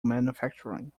manufacturing